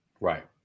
Right